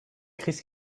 crise